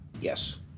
Yes